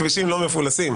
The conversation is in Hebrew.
הכבישים לא מפולסים.